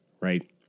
right